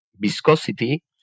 viscosity